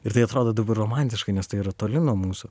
ir tai atrodo dabar romantiškai nes tai yra toli nuo mūsų